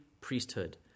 priesthood